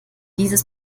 dieses